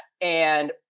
And-